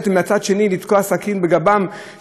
לתקוע סכין בגבם של התושבים,